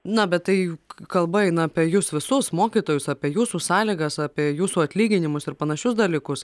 na bet tai kalba eina apie jus visus mokytojus apie jūsų sąlygas apie jūsų atlyginimus ir panašius dalykus